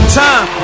time